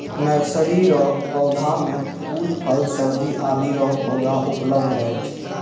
nursery रो पौधा मे फूल, फल, सब्जी आदि रो पौधा उपलब्ध रहै छै